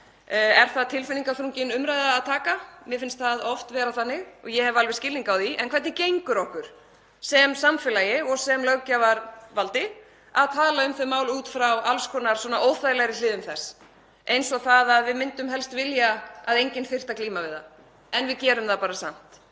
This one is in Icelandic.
Er það tilfinningaþrungin umræða að taka? Mér finnst það oft vera þannig og ég hef alveg skilning á því. En hvernig gengur okkur sem samfélagi og sem löggjafarvaldi að tala um þau mál út frá alls konar óþægilegri hliðum þess, eins og þeirri að við myndum helst vilja að enginn þyrfti að glíma við það en við gerum það samt?